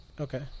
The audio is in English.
Okay